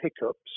hiccups